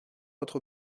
votre